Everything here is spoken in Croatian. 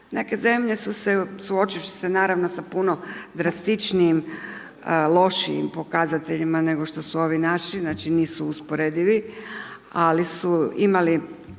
Neke zemlje su se suočile naravno sa puno drastičnijim lošim pokazateljima nego što su ovi naši, znači nisu usporedivi, ali su imali